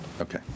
okay